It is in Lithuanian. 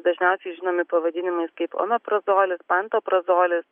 dažniausiai žinomi pavadinimais kaip omeprazolis pantoprazolis